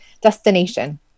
destination